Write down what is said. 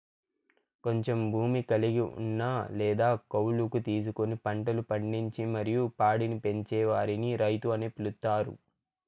కొంచెం భూమి కలిగి ఉన్న లేదా కౌలుకు తీసుకొని పంటలు పండించి మరియు పాడిని పెంచే వారిని రైతు అని పిలుత్తారు